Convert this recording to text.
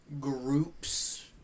groups